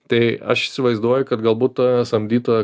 tai aš įsivaizduoju kad galbūt ta samdyta